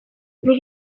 nik